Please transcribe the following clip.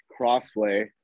Crossway